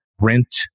rent